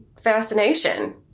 fascination